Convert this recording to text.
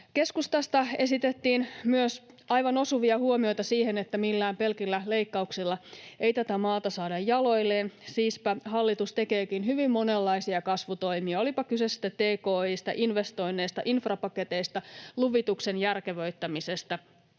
Keskustasta esitettiin myös aivan osuvia huomioita siihen, että millään pelkillä leikkauksilla ei tätä maata saada jaloilleen. Siispä hallitus tekeekin hyvin monenlaisia kasvutoimia, olipa kyse sitten tki:stä, investoinneista, infrapaketeista tai luvituksen järkevöittämisestä.